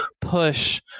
push